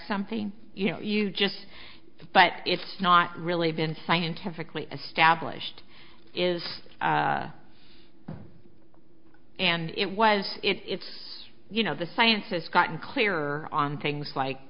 something you know you just but it's not really been scientifically established is it and it was it's you know the science has gotten clear on things like